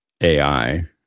AI